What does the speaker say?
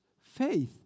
faith